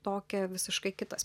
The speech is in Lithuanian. tokią visiškai kitas